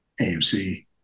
AMC